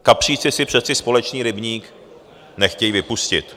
Kapříci si přece společný rybník nechtějí vypustit.